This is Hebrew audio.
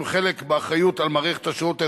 חלק באחריות על מערכת השירות האזרחי-לאומי,